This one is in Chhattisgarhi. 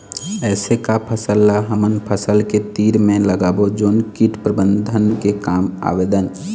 ऐसे का फसल ला हमर फसल के तीर मे लगाबो जोन कीट प्रबंधन के काम आवेदन?